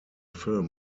film